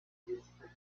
jessica